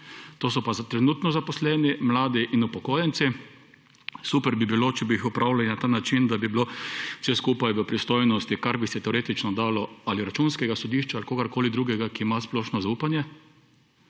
to so pa trenutno zaposleni, mladi in upokojenci. super bi bilo, če bi jih upravljali na ta način, da bi bilo vse skupaj v pristojnosti, kar bi se teoretično dalo ali Računskega sodišča ali kogarkoli drugega, ki ima splošno zaupanje